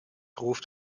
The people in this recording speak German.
ruft